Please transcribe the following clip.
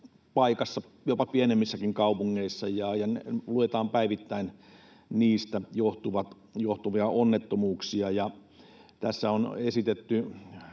paikassa, jopa pienemmissäkin kaupungeissa, ja me luetaan päivittäin niistä johtuvista onnettomuuksista. Tässä on esitetty